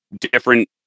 different